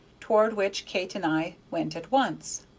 toward which kate and i went at once.